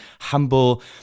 Humble